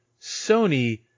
Sony